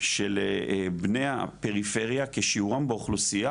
של בני הפריפריה כשיעורם באוכלוסיה,